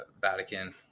Vatican